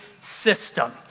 system